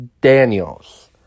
Daniels